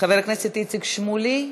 חבר הכנסת איציק שמולי,